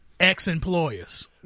Ex-employers